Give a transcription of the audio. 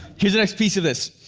here's the next piece of this.